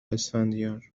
اسفندیار